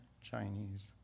Chinese